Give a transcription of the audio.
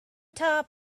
top